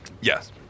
Yes